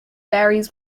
varies